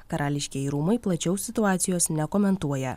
karališkieji rūmai plačiau situacijos nekomentuoja